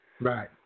Right